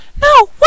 No